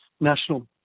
national